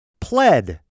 pled